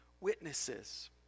witnesses